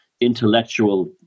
intellectual